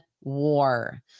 war